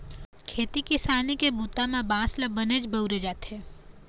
खेती किसानी के बूता म बांस ल बनेच बउरे जाथे